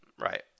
Right